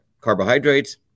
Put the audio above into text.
Carbohydrates